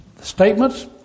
statements